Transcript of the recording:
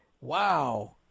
Wow